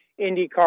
IndyCar